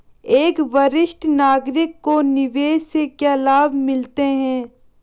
एक वरिष्ठ नागरिक को निवेश से क्या लाभ मिलते हैं?